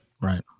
Right